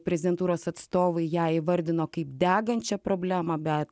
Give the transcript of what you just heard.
prezidentūros atstovai ją įvardino kaip degančią problemą bet